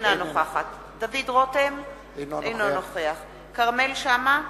אינה נוכחת דוד רותם, אינו נוכח כרמל שאמה,